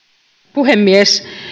puhemies